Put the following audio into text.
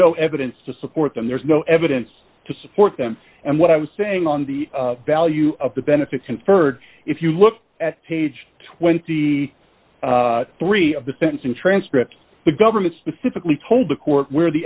no evidence to support them there's no evidence to support them and what i was saying on the value of the benefits conferred if you look at page twenty three of the sentencing transcript the government specifically told the court where the